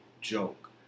joke